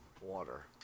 water